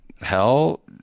hell